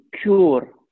cure